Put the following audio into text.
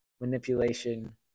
manipulation